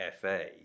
FA